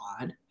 odd